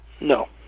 no